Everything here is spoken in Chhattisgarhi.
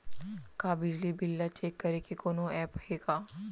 का बिजली बिल ल चेक करे के कोनो ऐप्प हे का?